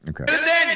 Okay